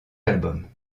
albums